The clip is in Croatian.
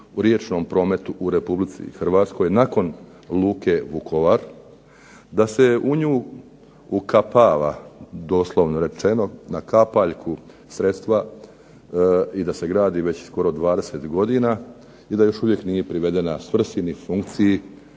u riječnom prometu u Republici Hrvatskoj, nakon luke Vukovar, da se u nju ukapava doslovno rečeno na kapaljku sredstva i da se gradi već skoro 20 godina, i da još uvijek nije privedena svrsi, ni funkciji